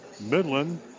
Midland